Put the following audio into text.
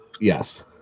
Yes